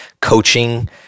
coaching